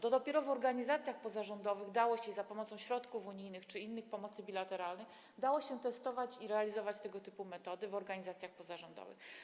To dopiero w organizacjach pozarządowych dało się za pomocą środków unijnych czy innych pomocy bilateralnych testować i realizować tego typu metody w organizacjach pozarządowych.